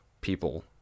people